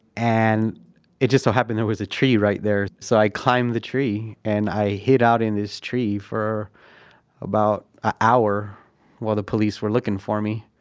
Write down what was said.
and it just so happened there was a tree right there. so i climbed the tree and i hid out in this tree for about a hour while the police were looking for me.